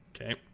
Okay